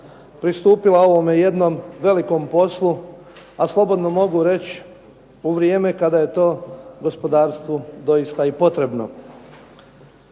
pristupila ovome jednom velikom poslu, a slobodno mogu reći u vrijeme kada je to gospodarstvu zaista i potrebno.